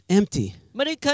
empty